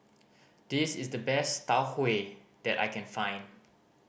this is the best Tau Huay that I can find